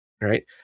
right